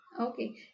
okay